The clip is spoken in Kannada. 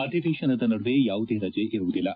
ಅಧಿವೇಶನದ ನಡುವೆ ಯಾವುದೇ ರಜೆ ಇರುವುದಿಲ್ಲ